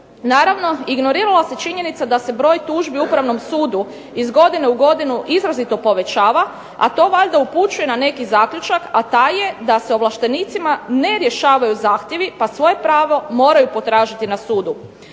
Naravno, ignorirala se činjenica da se broj tužbi Upravnom sudu iz godine u godinu izrazito povećava, a to valjda upućuje na neki zaključak, a taj je da se ovlaštenicima ne rješavaju zahtjevi pa svoje pravo moraju potražiti na sudu.